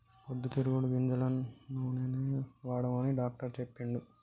పొద్దు తిరుగుడు గింజల నూనెనే వాడమని డాక్టర్ చెప్పిండు